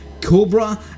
Cobra